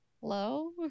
hello